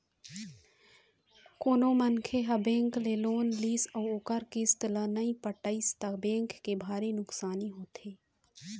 कोनो मनखे ह बेंक ले लोन लिस अउ ओखर किस्त ल नइ पटइस त बेंक के भारी नुकसानी होथे